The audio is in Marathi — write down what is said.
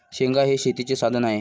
हेंगा हे शेतीचे साधन आहे